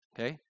Okay